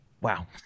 wow